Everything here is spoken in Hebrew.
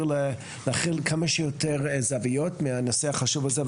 להכיל כמה שיותר זוויות מהנושא החשוב הזה.